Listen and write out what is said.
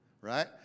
right